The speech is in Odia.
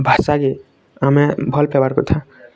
ଭାଷା କେ ଆମେ ଭଲ ପାଇବାର୍ କଥା